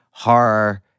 horror